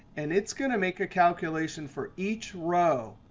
and it's going to make a calculation for each row.